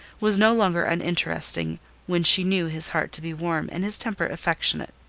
was no longer uninteresting when she knew his heart to be warm and his temper affectionate.